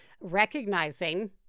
recognizing